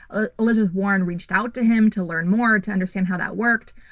ah elizabeth warren reached out to him to learn more, to understand how that worked.